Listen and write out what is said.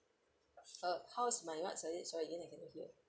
uh how is my what sorry sorry again I cannot hear